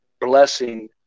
blessing